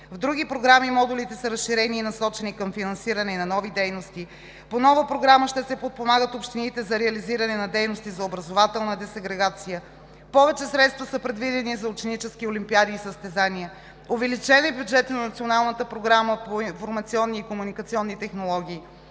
В други програми модулите са разширени и насочени към финансиране и на нови дейности. По нова програма ще се подпомагат общините за реализиране на дейности за образователна десегрегация. Повече средства са предвидени за ученически олимпиади и състезания. Увеличен е бюджетът на Националната програма по информационни и комуникационни технологии.